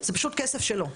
זה פשוט כסף שלו.